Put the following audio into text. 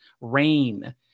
Rain